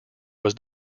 was